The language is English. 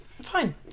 fine